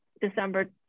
December